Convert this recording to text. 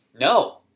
No